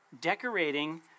decorating